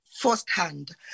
firsthand